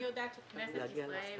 אני יודעת שכנסת ישראל